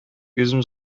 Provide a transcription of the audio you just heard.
үзем